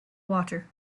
water